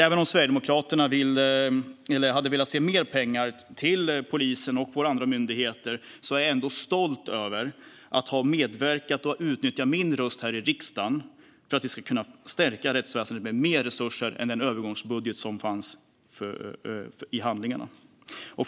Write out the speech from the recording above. Även om Sverigedemokraterna hade velat se mer pengar till Polismyndigheten och våra andra myndigheter är jag ändå stolt över att med min röst ha medverkat till att vi ska kunna stärka rättsväsendet med mer resurser än vad som fanns i övergångsbudgeten.